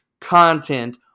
Content